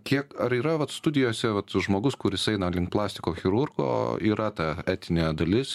kiek ar yra vat studijose vat žmogus kuris eina link plastiko chirurgo yra ta etinė dalis